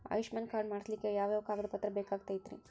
Ayushman card ಮಾಡ್ಸ್ಲಿಕ್ಕೆ ಯಾವ ಯಾವ ಕಾಗದ ಪತ್ರ ಬೇಕಾಗತೈತ್ರಿ?